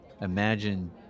Imagine